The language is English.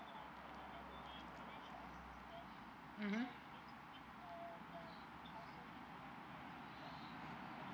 mmhmm